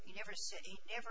you never ever